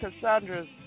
Cassandra's